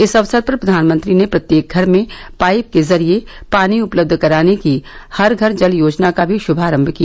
इस अवसर पर प्रधानमंत्री ने प्रत्येक घर में पाइप के जरिये पानी उपलब्ध कराने की हर घर जल योजना का भी शुभारंभ किया